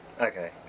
Okay